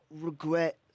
regret